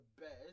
best